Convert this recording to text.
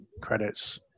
credits